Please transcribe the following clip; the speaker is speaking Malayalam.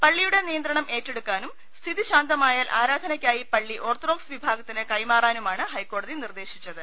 പള്ളിയുടെ നിയന്ത്രണം ഏറ്റെടുക്കാനും സ്ഥിതി ശാന്തമാ യാൽ ആരാധനയ്ക്കായി പള്ളി ഓർത്തഡോക്സ് വിഭാഗത്തിന് കൈമാ റാനുമാണ് ഹൈക്കോടതി നിർദേശിച്ചത്